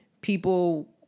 People